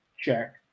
check